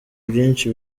byinshi